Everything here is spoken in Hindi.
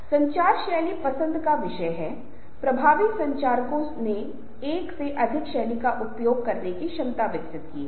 अनिवार्य रूप से लोगों के बीच संचार समूह की सदस्यता का लेन देन करता है और कुछ स्पष्ट संबंध मुद्दे उत्पन्न होते हैं जो संचार से प्रभावित होते हैं